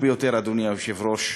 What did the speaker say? אדוני היושב-ראש,